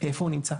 איפה הוא נמצא.